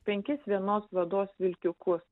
penkis vienos vados vilkiukus